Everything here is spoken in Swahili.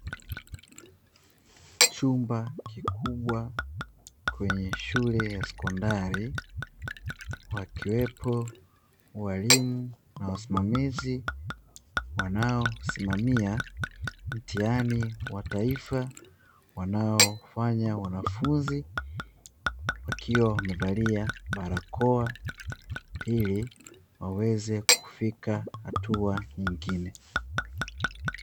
Chumba kikubwa kwenye shule ya sekondari, wakiwepo waalimu na wasimamizi wanaosimamia mtihani wa taifa wanaofanya wanafunzi, wakiwa wamevalia barakoa ili waweze kufika hatua nyingine.